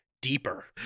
Deeper